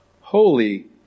Holy